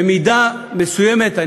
במידה מסוימת,